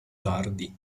tardi